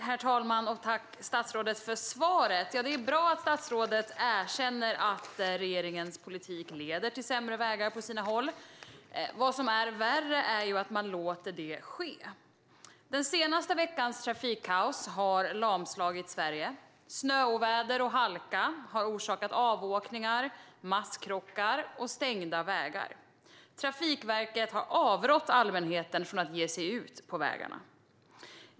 Herr talman! Jag tackar statsrådet för svaret. Det är bra att statsrådet erkänner att regeringens politik leder till sämre vägar på sina håll. Vad som är värre är att man låter det ske. Den senaste veckans trafikkaos har lamslagit Sverige. Snöoväder och halka har orsakat avåkningar, masskrockar och stängda vägar. Trafikverket har avrått allmänheten från att ge sig ut på vägarna.